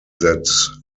that